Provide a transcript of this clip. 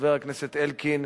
חבר הכנסת אלקין,